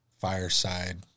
Fireside